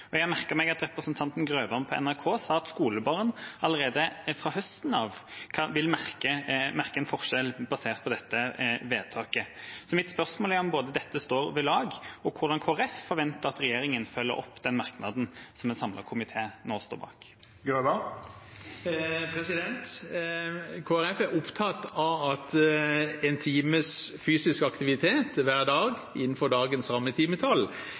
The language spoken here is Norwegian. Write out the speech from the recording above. Og jeg merket meg at representanten Grøvan sa på NRK at skolebarn allerede fra høsten av vil merke en forskjell etter dette vedtaket. Mitt spørsmål er om dette står ved lag, og hvordan Kristelig Folkeparti forventer at regjeringa følger opp den merknaden som en samlet komité nå står bak. Kristelig Folkeparti er opptatt av at en time fysisk aktivitet hver dag innenfor dagens rammetimetall